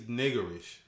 niggerish